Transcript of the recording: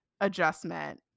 adjustment